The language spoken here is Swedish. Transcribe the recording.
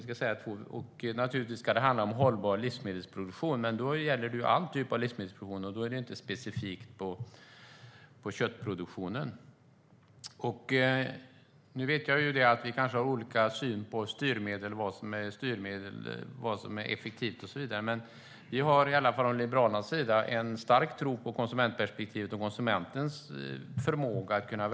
Den ska naturligtvis handla om hållbar livsmedelsproduktion, men det gäller all typ av livsmedelsproduktion och inte specifikt köttproduktionen. Jag vet att vi kanske har olika syn på styrmedel, vad som är styrmedel, vad som är effektivt och så vidare. Från Liberalernas sida har vi en stark tro på konsumentperspektivet och konsumentens förmåga att välja.